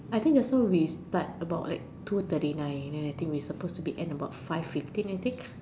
I think just now we start about like two thirty nine then I think we suppose to be end about five fifteen I think